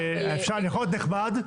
אני יכול להיות נחמד,